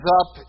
up